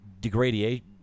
degradation